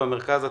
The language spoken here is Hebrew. ובמרכז לא?